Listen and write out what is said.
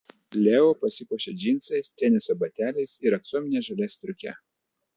leo pasipuošia džinsais teniso bateliais ir aksomine žalia striuke